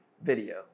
Video